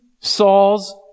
Saul's